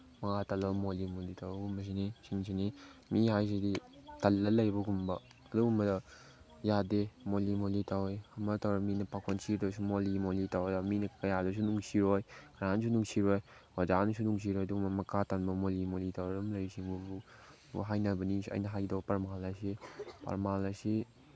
ꯃꯈꯥ ꯇꯜꯂ ꯃꯣꯂꯤ ꯃꯣꯂꯤ ꯇꯧꯕꯒꯨꯝꯕꯁꯤꯅꯤ ꯁꯤꯡꯁꯤꯅꯤ ꯃꯤ ꯍꯥꯏꯁꯤꯗꯤ ꯇꯜꯂ ꯂꯩꯕꯒꯨꯝꯕ ꯑꯗꯨꯒꯨꯝꯕꯗ ꯌꯥꯗꯦ ꯃꯣꯂꯤ ꯃꯣꯂꯤ ꯇꯧꯋꯦ ꯑꯃ ꯇꯧꯔꯦ ꯃꯤꯅ ꯄꯥꯈꯣꯟ ꯁꯤꯗꯣꯏꯁꯨ ꯃꯣꯂꯤ ꯃꯣꯂꯤ ꯇꯧꯔ ꯃꯤꯅ ꯀꯌꯥꯁꯨ ꯅꯨꯡꯁꯤꯔꯣꯏ ꯀꯅꯥꯝꯁꯨ ꯅꯨꯡꯁꯤꯔꯣꯏ ꯑꯣꯖꯥꯅꯁꯨ ꯅꯨꯡꯁꯤꯔꯣꯏ ꯑꯗꯨꯒꯨꯝꯕ ꯃꯈꯥ ꯇꯟꯕ ꯃꯣꯂꯤ ꯃꯣꯂꯤ ꯇꯧꯔ ꯑꯗꯨꯝ ꯂꯩꯔꯤꯁꯤꯕꯨ ꯍꯥꯏꯅꯕꯅꯤ ꯑꯩꯅ ꯍꯥꯏꯒꯗꯧ ꯄ꯭ꯔꯃꯥꯟ ꯑꯁꯤ ꯄ꯭ꯔꯃꯥꯟ ꯑꯁꯤ